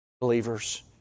believers